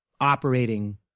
operating